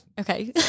Okay